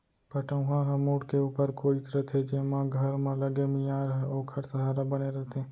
पटउहां ह मुंड़ के ऊपर कोइत रथे जेमा घर म लगे मियार ह ओखर सहारा बने रथे